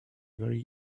very